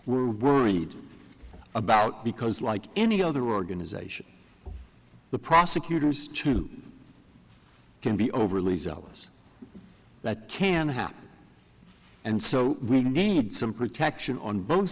we're worried about because like any other organization the prosecutors too can be overly zealous that can happen and so we need some protection on both